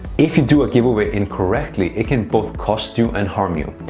if you do a giveaway incorrectly, it can both cost you and harm you.